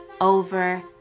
over